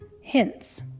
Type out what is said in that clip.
Hints